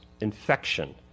infection